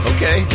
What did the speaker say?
Okay